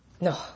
No